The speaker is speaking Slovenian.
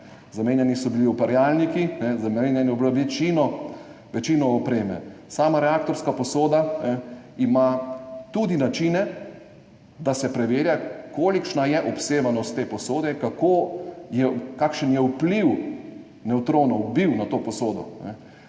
zamenjani so bili uparjalniki, zamenjana je bila večina opreme. Sama reaktorska posoda ima tudi načine, da se preverja, kolikšna je obsevanost te posode, kakšen je bil vpliv nevtronov na to posodo.